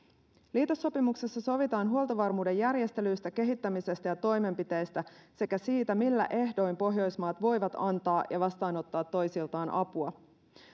liitesopimuksessa sovitaan huoltovarmuuden järjestelyistä kehittämisestä ja toimenpiteistä sekä siitä millä ehdoin pohjoismaat voivat antaa ja vastaanottaa toisiltaan apua